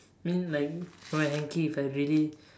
I mean like got a hankie if I really